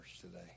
today